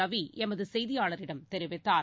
ரவிஎமதுசெய்தியாளரிடம் தெரிவித்தார்